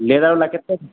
लेदरबला कतेक